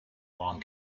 waren